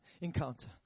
encounter